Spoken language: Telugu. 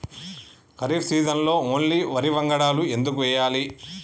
ఖరీఫ్ సీజన్లో ఓన్లీ వరి వంగడాలు ఎందుకు వేయాలి?